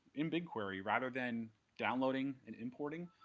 in bigquery, rather than downloading and importing,